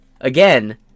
again